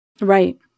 Right